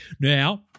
Now